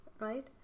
right